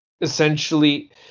essentially